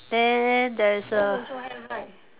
then there is a